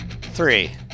Three